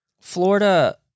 Florida